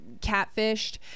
Catfished